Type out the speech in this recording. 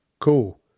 Cool